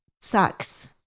sucks